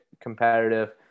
competitive